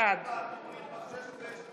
בעד מנסור עבאס,